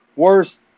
worst